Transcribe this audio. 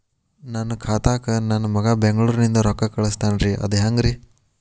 ನನ್ನ ಖಾತಾಕ್ಕ ನನ್ನ ಮಗಾ ಬೆಂಗಳೂರನಿಂದ ರೊಕ್ಕ ಕಳಸ್ತಾನ್ರಿ ಅದ ಹೆಂಗ್ರಿ?